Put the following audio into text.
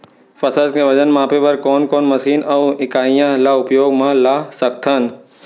फसल के वजन मापे बर कोन कोन मशीन अऊ इकाइयां ला उपयोग मा ला सकथन?